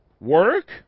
Work